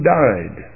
died